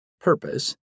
purpose